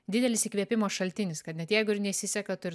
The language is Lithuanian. didelis įkvėpimo šaltinis kad net jeigu ir nesiseka tu ir